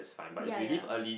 ya ya